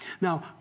now